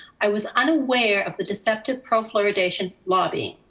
i was unaware of the deceptive pro-fluoridation lobbying.